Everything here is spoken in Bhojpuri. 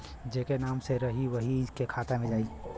जेके नाम से रही वही के खाता मे जाई